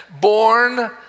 born